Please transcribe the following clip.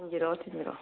ꯊꯤꯟꯕꯤꯔꯛꯑꯣ ꯊꯤꯟꯕꯤꯔꯛꯑꯣ